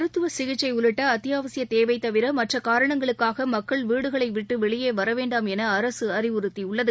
மருத்துவ சிகிச்சை உள்ளிட்ட அத்தியாவசிய தேவை தவிர மற்ற காரணங்களுக்காக மக்கள் வீடுகளை விட்டு வெளியே வரவேண்டாம் என அரசு அறிவுறுத்தியுள்ளது